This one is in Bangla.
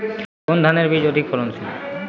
কোন ধানের বীজ অধিক ফলনশীল?